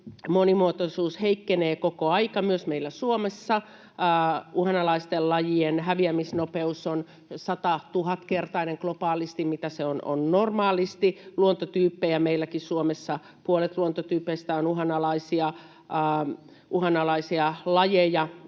monimuotoisuus heikkenee koko aika myös meillä Suomessa. Uhanalaisten lajien häviämisnopeus on globaalisti satatuhatkertainen kuin mitä se on normaalisti. Meilläkin Suomessa puolet luontotyypeistä on uhanalaisia.